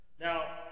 Now